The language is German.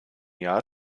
jahr